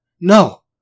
No